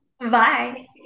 Bye